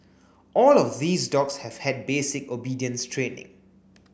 all of these dogs have had basic obedience training